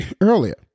earlier